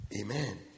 Amen